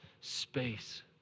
space